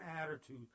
attitude